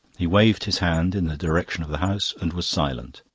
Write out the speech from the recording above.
he waved his hand in the direction of the house and was silent,